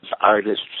artists